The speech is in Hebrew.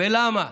ולמה?